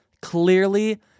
Clearly